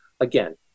Again